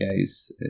guys